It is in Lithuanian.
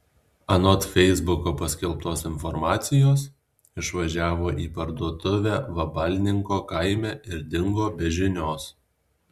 anot feisbuke paskelbtos informacijos išvažiavo į parduotuvę vabalninko kaime ir dingo be žinios